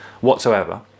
whatsoever